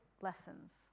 lessons